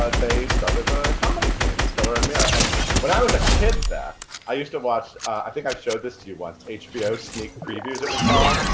ah they starred as a comedy team, stiller and meara and when i was a kid, beth, i used to watch, i think i showed this to you once, hbo sneak previews it was called.